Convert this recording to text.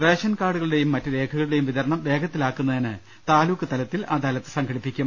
ration കാർഡുകളുടെയും മറ്റു രേഖകളുടെയും വിതരണം വേഗത്തിലാക്കുന്നതിന് താലൂക്ക് തലത്തിൽ അദാലത്ത് നടത്തും